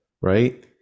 right